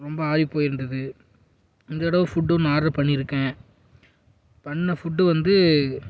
ரொம்ப ஆறிப்போயிருந்தது இந்த தடவை ஃபுட்டு ஒன்று ஆர்டர் பண்ணியிருக்கேன் பண்ண ஃபுட்டு வந்து